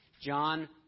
John